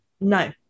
no